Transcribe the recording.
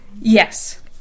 yes